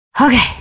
Okay